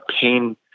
pain